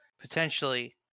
potentially